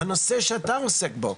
הנושא שאתה עוסק בו,